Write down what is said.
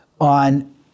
on